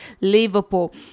Liverpool